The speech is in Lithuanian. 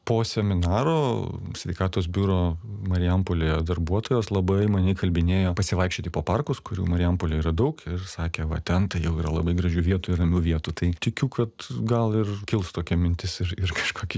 po seminaro sveikatos biuro marijampolėje darbuotojos labai mane įkalbinėjo pasivaikščioti po parkus kurių marijampolėj yra daug ir sakė va ten tai jau yra labai gražių vietų ir ramių vietų tai tikiu kad gal ir kils tokia mintis ir ir kažkokį